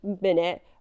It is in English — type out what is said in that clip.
minute